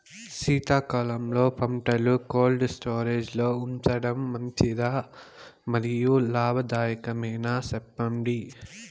శీతాకాలంలో పంటలు cold storage లో ఉంచడం మంచిదా? మరియు లాభదాయకమేనా, సెప్పండి